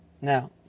Now